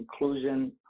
inclusion